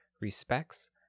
respects